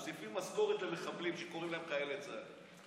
שמוסיפים משכורת למחבלים שקוראים להם חיילי צה"ל?